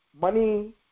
money